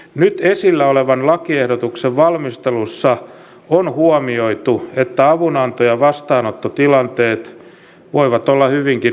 nyt esillä olevan lakiehdotuksen valmistelussa on huomioitu että avunanto ja vastaanottotilanteet voivat olla hyvinkin erilaisia